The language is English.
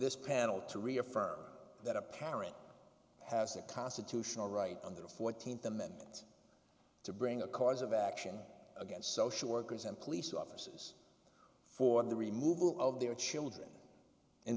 this panel to reaffirm that a parent has a constitutional right under the fourteenth amendment to bring a cause of action against social workers and police offices for the removal of their children in